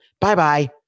Bye-bye